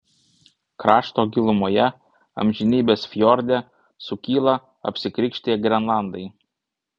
krašto gilumoje amžinybės fjorde sukyla apsikrikštiję grenlandai